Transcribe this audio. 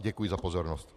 Děkuji za pozornost.